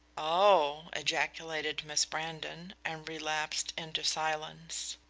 oh, ejaculated miss brandon, and relapsed into silence.